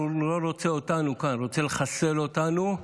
לא רוצה אותנו כאן, הוא רוצה לחסל אותנו.